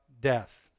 death